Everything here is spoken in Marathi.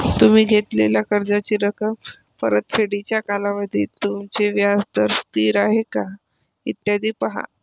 तुम्ही घेतलेल्या कर्जाची रक्कम, परतफेडीचा कालावधी, तुमचे व्याज स्थिर आहे का, इत्यादी पहा